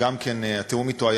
שהתיאום אתו,